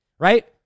right